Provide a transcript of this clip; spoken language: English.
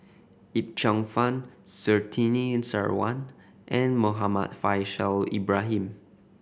Yip Cheong Fun Surtini Sarwan and Muhammad Faishal Ibrahim